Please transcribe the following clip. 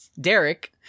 Derek